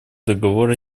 договора